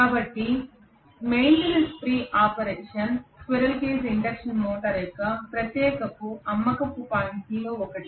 కాబట్టి maintenance free operation squirrel cage induction motor యొక్క ప్రత్యేక అమ్మకపు పాయింట్లలో ఒకటి